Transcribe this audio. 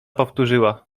powtórzyła